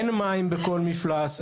אין מים בכל מפלס,